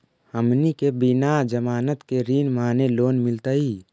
हमनी के बिना जमानत के ऋण माने लोन मिलतई?